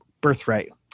birthright